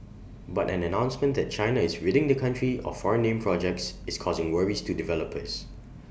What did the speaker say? but an announcement that China is ridding the country of foreign name projects is causing worries to developers